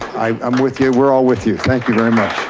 i'm with you, we're all with you, thank you very much.